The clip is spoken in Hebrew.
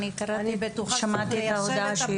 אני מצטטת את הודעת השר לנציבת בתי הסוהר.